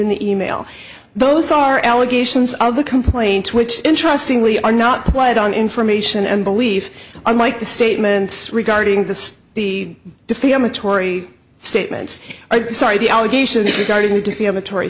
in the e mail those are allegations of the complaint which interestingly are not played on information and belief unlike the statements regarding this the defeat amatory statements sorry the allegation is regarding the def